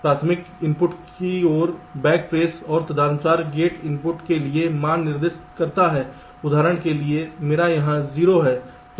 प्राथमिक इनपुट की ओर बैक ट्रेस और तदनुसार गेट इनपुट के लिए मान निर्दिष्ट करता है उदाहरण के लिए मेरे यहाँ 0 है